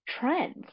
trends